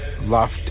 left